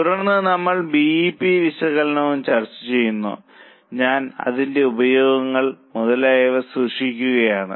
തുടർന്ന് നമ്മൾ B E P വിശകലനവും ചർച്ചചെയ്യുന്നു ഞാൻ അതിന്റെ ഉപയോഗങ്ങൾ മുതലായവ സൂക്ഷിക്കുകയാണ്